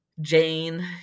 Jane